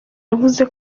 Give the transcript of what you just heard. yavuze